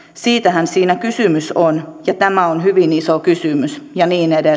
siitähän siinä kysymys on ja tämä on hyvin iso kysymys ja